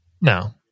No